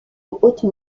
haute